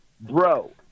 BRO